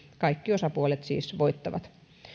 kaikki osapuolet siis voittavat